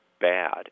bad